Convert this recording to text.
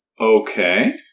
Okay